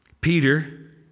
Peter